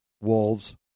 Wolves